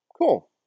Cool